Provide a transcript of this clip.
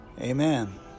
Amen